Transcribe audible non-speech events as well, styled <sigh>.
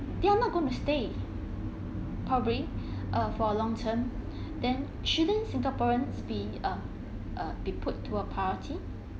they are not going to stay probably <breath> uh for long term <breath> then shouldn't singaporeans be um uh be put into a priority